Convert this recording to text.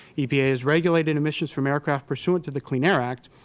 epa has regulated emissions from aircraft pursuant to the clean air act,